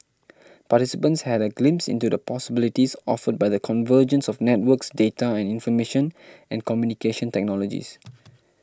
participants had a glimpse into the possibilities offered by the convergence of networks data and information and communication technologies